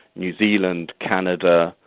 new zealand, canada,